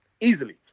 easily